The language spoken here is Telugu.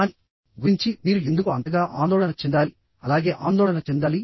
దాని గురించి మీరు ఎందుకు అంతగా ఆందోళన చెందాలి అలాగే ఆందోళన చెందాలి